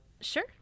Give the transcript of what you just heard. Sure